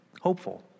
hopeful